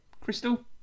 crystal